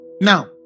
now